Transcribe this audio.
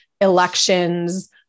elections